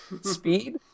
speed